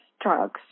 drugs